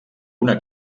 una